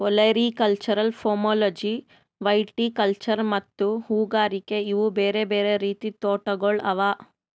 olericulture, pomology, viticulture ಮತ್ತ ಹೂಗಾರಿಕೆ ಇವು ಬೇರೆ ಬೇರೆ ರೀತಿದ್ ತೋಟಗೊಳ್ ಅವಾ